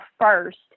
first